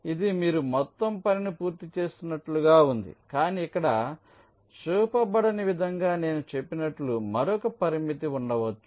ఇది మీరు మొత్తం పనిని పూర్తి చేస్తున్నట్లుగా ఉంది కానీ ఇక్కడ చూపబడని విధంగా నేను చెప్పినట్లు మరొక పరిమితి ఉండవచ్చు